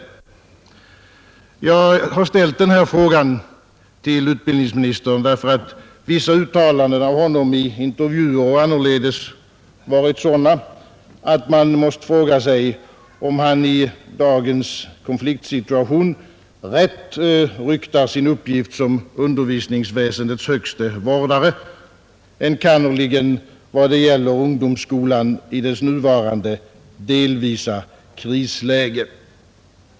Orsaken till att jag ställt denna fråga till utbildningsministern är att vissa uttalanden av honom både i intervjuer och annorledes varit sådana att man måste fråga sig om han i dagens konfliktsituation rätt ryktar sin uppgift som undervisningsväsendets högste vårdare, enkannerligen vad gäller ungdomsskolan i dess nuvarande partiella krisläge.